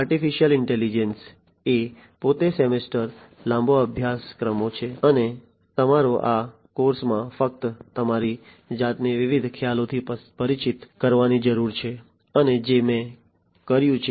artificial intelligence એ પોતે semester લાંબા અભ્યાસક્રમો છે અને તમારે આ કોર્સમાં ફક્ત તમારી જાતને વિવિધ ખ્યાલોથી પરિચિત કરાવવાની જરૂર છે અને જે મેં કર્યું છે